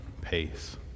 pace